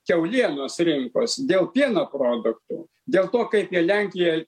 kiaulienos rinkos dėl pieno produktų dėl to kaip jie lenkiją